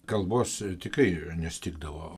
kalbos tikrai nestigdavo